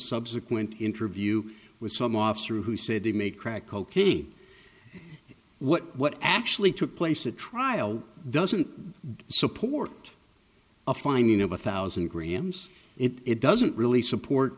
subsequent interview with some officer who said he may crack cocaine what what actually took place a trial doesn't support a finding of a thousand grams it doesn't really support